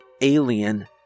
alien